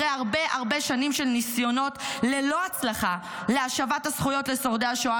אחרי הרבה הרבה שנים של ניסיונות ללא הצלחה להשבת הזכויות לשורדי השואה,